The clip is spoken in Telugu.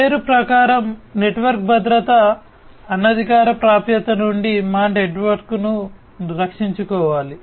పేరు ప్రకారం నెట్వర్క్ భద్రత అనధికార ప్రాప్యత నుండి మా నెట్వర్క్ను రక్షించుకోవాలి